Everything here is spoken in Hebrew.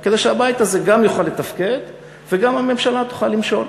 גם כדי שהבית הזה יוכל לתפקד וגם כדי הממשלה תוכל למשול.